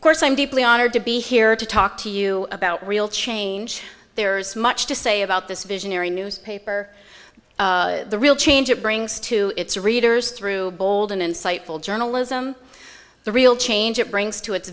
of course i'm deeply honored to be here to talk to you about real change there is much to say about this visionary newspaper the real change it brings to its readers through bold and insightful journalism the real change it brings to it